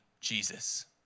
Jesus